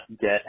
get